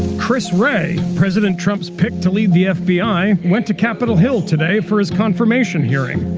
chris wray, president trump's pick to lead the fbi, went to capitol hill today for his confirmation hearing.